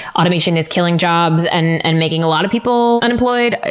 automation is killing jobs and and making a lot of people unemployed. ah